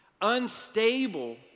unstable